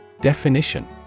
Definition